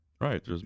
Right